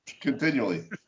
continually